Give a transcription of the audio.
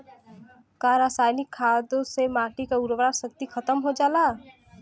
का रसायनिक खादों से माटी क उर्वरा शक्ति खतम हो जाला?